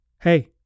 Hey